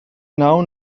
now